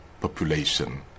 population